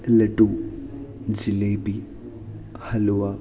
laddu jalebi halwa